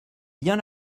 bien